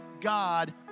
God